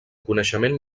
coneixement